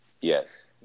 Yes